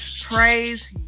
Praise